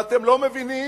ואתם לא מבינים